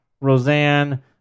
Roseanne